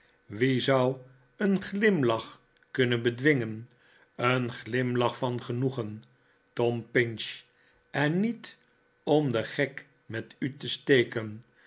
wie zou een glimlach kunnen bedwingen een glimlach van genoegen tom pinch en niet om den gek met u te steken